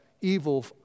evil